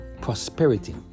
prosperity